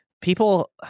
People